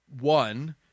One